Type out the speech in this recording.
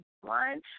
One